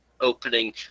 opening